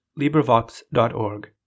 LibriVox.org